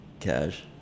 Cash